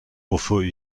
wofür